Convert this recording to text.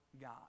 God